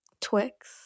twix